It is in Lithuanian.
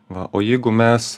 va o jeigu mes